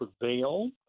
prevail